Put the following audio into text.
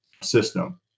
system